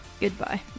Goodbye